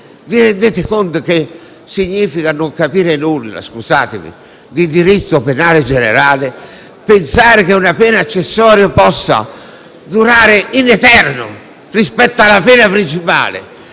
vi rendete conto che significa non capire nulla di diritto penale generale pensare che una pena accessoria possa durare in eterno rispetto alla pena principale.